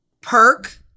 perk